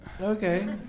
Okay